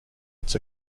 its